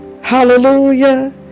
hallelujah